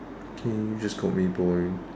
okay you just called me boring